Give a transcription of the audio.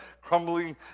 crumbling